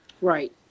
right